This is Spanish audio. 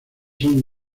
son